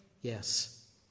Yes